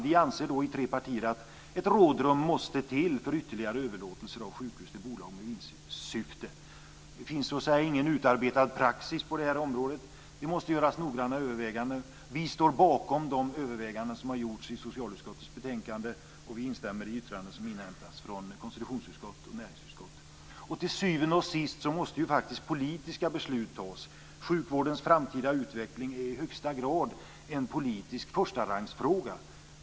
Vi anser då i tre partier att ett rådrum måste till när det gäller ytterligare överlåtelser av sjukhus till bolag med vinstsyfte. Det finns ingen utarbetad praxis på det här området. Det måste göras noggranna överväganden. Vi står bakom de överväganden som har gjorts i socialutskottets betänkande, och vi instämmer i yttranden som har inhämtats från konstitutionsutskottet och näringsutskottet. Till syvende och sist måste ju faktiskt politiska beslut fattas. Sjukvårdens framtida utveckling är i högsta grad en politisk förstarangsfråga.